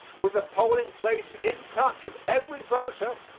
with the polling place in touch of every voter,